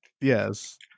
Yes